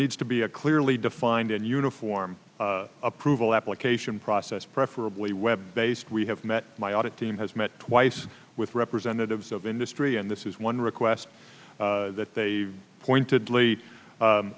needs to be a clearly defined and uniform approval application process preferably web based we have met my audit team has met twice with representatives of industry and this is one request that they pointed